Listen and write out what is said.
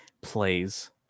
plays